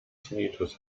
tinnitus